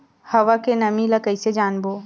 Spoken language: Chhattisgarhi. हवा के नमी ल कइसे जानबो?